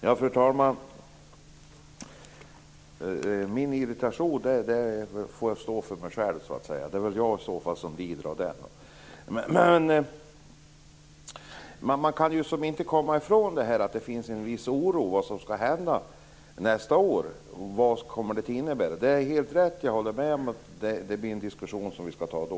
Fru talman! Min irritation får stå för mig själv. Det är väl jag som i så fall lider av den. Man kan dock inte komma ifrån att det finns en viss oro inför vad som skall hända nästa år. Vad kommer det att innebära? Jag håller helt med om att det blir en diskussion som vi får ta då.